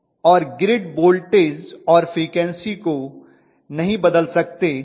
और grid voltage और frequency को नहीं बदल सकते हैं